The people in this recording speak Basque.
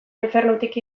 infernutik